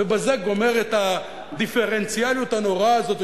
ובזה גומר את הדיפרנציאליות הנוראה הזאת,